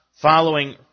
following